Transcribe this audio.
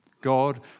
God